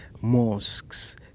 mosques